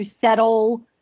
settle